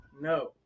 No